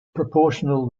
proportional